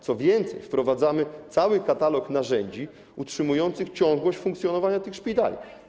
Co więcej, wprowadzamy cały katalog narzędzi utrzymujących ciągłość funkcjonowania tych szpitali.